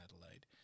Adelaide